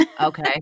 Okay